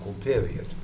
period